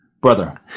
brother